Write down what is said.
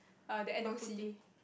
err the N_O_C